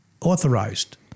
authorized